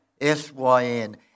S-Y-N